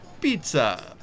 Pizza